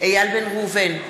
איל בן ראובן,